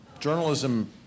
Journalism